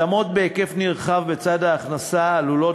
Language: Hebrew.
התאמות בהיקף נרחב בצד ההכנסה עלולות